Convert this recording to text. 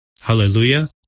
Hallelujah